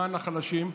למען החלשים,